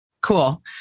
Cool